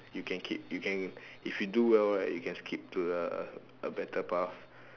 you can keep you can if you do well right you can skip to uh a better path